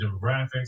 demographics